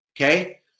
Okay